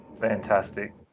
Fantastic